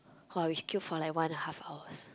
ah we queue for like one and a half hours